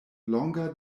longa